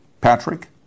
Patrick